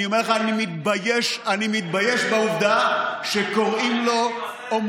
אני אומר לך, אני מתבייש בעובדה שקוראים לו אומן.